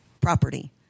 property